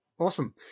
Awesome